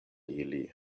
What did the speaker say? ili